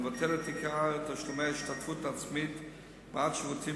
לבטל את עיקר תשלומי ההשתתפות העצמית בעד שירותים